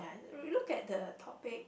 we look at the topic